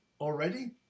already